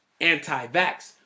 anti-vax